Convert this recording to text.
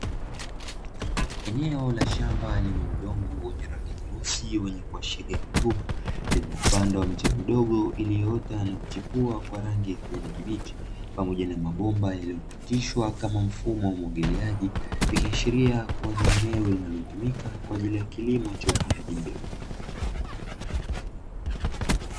Eneo la shamba lenye udongo wenye rangi nyeusi, wenye kuashiria rutuba lililopandwa miche midogo iliyoota na kuchipua kwa rangi ya kijani kibichi, pamoja na mabomba yaliyopitishwa kama mfumo wa umwagiliaji ikiashiria kuwa ni eneo linalotumika kwa ajili ya kilimo cha upandaji mbegu.